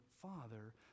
father